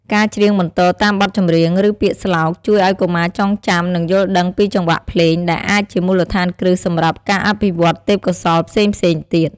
ការច្រៀងបន្ទរតាមបទចម្រៀង ឬពាក្យស្លោក ជួយឱ្យកុមារចងចាំ និងយល់ដឹងពីចង្វាក់ភ្លេង ដែលអាចជាមូលដ្ឋានគ្រឹះសម្រាប់ការអភិវឌ្ឍទេពកោសល្យផ្សេងៗទៀត។